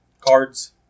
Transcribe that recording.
cards